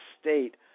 state